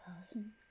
person